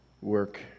work